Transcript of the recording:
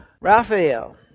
Raphael